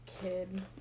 kid